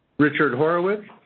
richard horowitz?